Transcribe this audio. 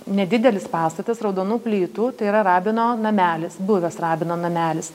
nedidelis pastatas raudonų plytų tai yra rabino namelis buvęs rabino namelis